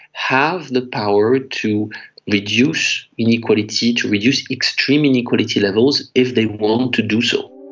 have the power to reduce inequality, to reduce extreme inequality levels if they want to do so.